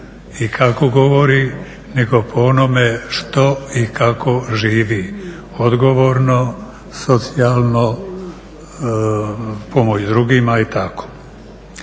i kako govori nego po onome što i kako živi, odgovorno, socijalno, pomoć drugima i tako.